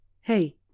Hey